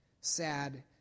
sad